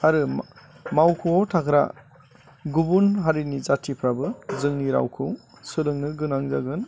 आरो मावख'आव थाग्रा गुबुन हारिनि जाथिफ्राबो जोंनि रावखौ सोलोंनो गोनां जागोन